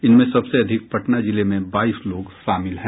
इनमें सबसे अधिक पटना जिले में बाईस लोग शामिल है